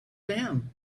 them